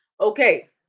Okay